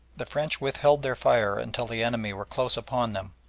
the french withheld their fire until the enemy were close upon them,